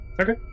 okay